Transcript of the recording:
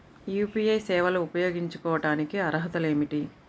UPI సేవలు ఉపయోగించుకోటానికి అర్హతలు ఏమిటీ?